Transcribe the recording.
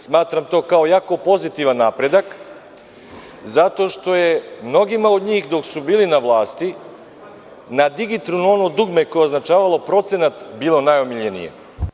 Smatram to kao jako pozitivan napredak, zato što je mnogima od njih dok su bili na vlasti, na digitronu ono dugme koje je označavalo procenat, bilo najomiljenije.